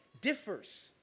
differs